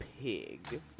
Pig